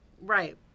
Right